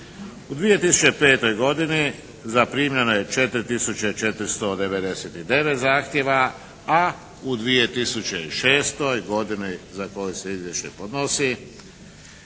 U 2005. godini zaprimljeno je 4 tisuće i 499 zahtjeva, a u 2006. godini za koju se izvješće podnosi